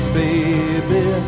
baby